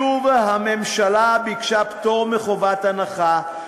שוב הממשלה ביקשה פטור מחובת הנחה,